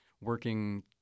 working